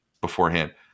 beforehand